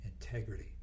integrity